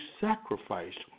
sacrificed